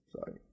Sorry